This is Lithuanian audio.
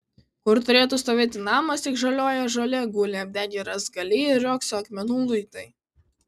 kur turėtų stovėti namas tik žaliuoja žolė guli apdegę rąstgaliai ir riogso akmenų luitai